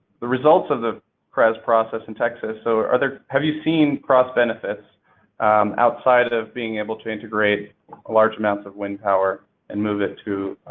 the results of the crez process in texas. so, are there have you seen cross benefits outside of being able to integrate large amounts of wind power and move it to